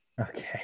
Okay